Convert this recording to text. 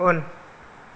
उन